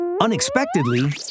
Unexpectedly